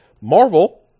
Marvel